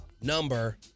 number